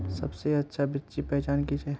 सबसे अच्छा बिच्ची पहचान की छे?